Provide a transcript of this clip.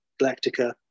Galactica